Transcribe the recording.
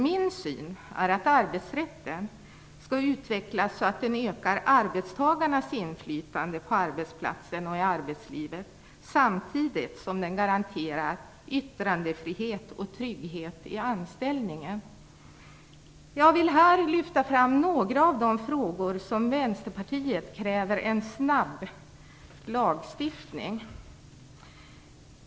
Min syn är att arbetsrätten skall utökas så att den ökar arbetstagarnas inflytande på arbetsplatsen och i arbetslivet, samtidigt som den garanterar yttrandefrihet och trygghet i anställningen. Jag vill här lyfta fram några av de frågor där Vänsterpartiet kräver en snabb lagstiftning.